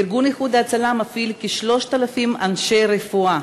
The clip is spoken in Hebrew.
ארגון "איחוד הצלה" מפעיל כ-3,000 אנשי רפואה.